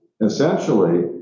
essentially